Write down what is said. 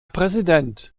präsident